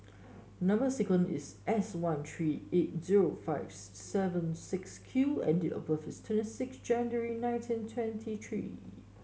number sequence is S one three eight zero five seven six Q and date of birth is twenty six January nineteen twenty three